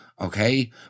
Okay